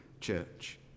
church